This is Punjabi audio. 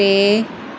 ਅਤੇ